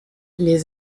les